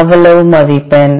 அவ்வளவு மதிப்பெண்